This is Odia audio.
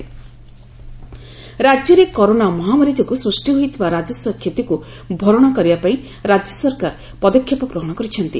ଓଟିଏସ୍ ଯୋଜନା ରାକ୍ୟରେ କରୋନା ମହାମାରୀ ଯୋଗୁଁ ସୃଷ୍ ି ହୋଇଥିବା ରାଜସ୍ୱ କ୍ଷତିକୁ ଭରଣା କରିବା ପାଇଁ ରାଜ୍ୟ ସରକାର ପଦକ୍ଷେପ ଗ୍ରହଶ କରିଛନ୍ତି